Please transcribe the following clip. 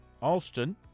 Alston